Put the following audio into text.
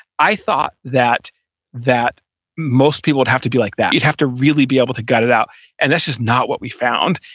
i thought that that most people would have to be like that. you'd have to really be able to get it out and that's just not what we found.